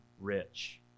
rich